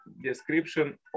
description